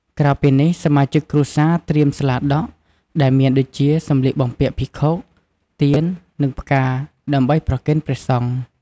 ក្រៅពីនេះ សមាជិកគ្រួសារត្រៀមស្លាដក់ ដែលមានដូចជាសម្លៀកបំពាក់ភិក្ខុ ទៀន និងផ្កាដើម្បីប្រគេនព្រះសង្ឃ។